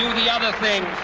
the other thing,